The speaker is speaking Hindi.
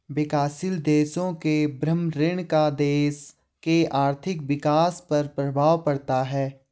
विकासशील देशों के बाह्य ऋण का देश के आर्थिक विकास पर प्रभाव पड़ता है